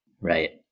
Right